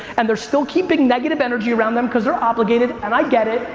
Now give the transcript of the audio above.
and they're still keeping negative energy around them cause they're obligated, and i get it.